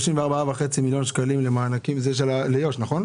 אותו סכום,